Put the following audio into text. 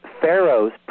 Pharaoh's